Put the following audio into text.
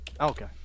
Okay